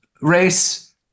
race